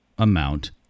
amount